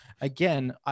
again